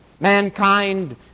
Mankind